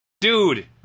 Dude